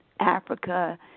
Africa